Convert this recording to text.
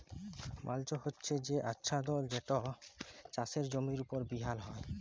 mulch হছে সে আচ্ছাদল যেট চাষের জমির উপর বিছাল হ্যয়